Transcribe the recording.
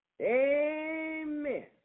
Amen